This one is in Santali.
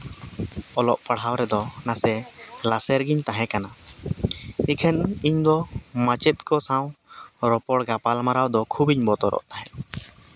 ᱚᱞᱚᱜ ᱯᱟᱲᱦᱟᱣ ᱨᱮᱫᱚ ᱱᱟᱥᱮ ᱞᱟᱥᱮᱨ ᱜᱤᱧ ᱛᱟᱦᱮᱸ ᱠᱟᱱᱟ ᱤᱠᱷᱟᱹᱱ ᱤᱧᱫᱚ ᱢᱟᱪᱮᱛ ᱠᱚ ᱥᱟᱶ ᱨᱚᱯᱚᱲ ᱜᱟᱯᱟᱞᱢᱟᱨᱟᱣ ᱫᱚ ᱠᱷᱩᱵ ᱤᱧ ᱵᱚᱛᱚᱨᱚᱜ ᱛᱟᱦᱮᱸᱫ